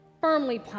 firmly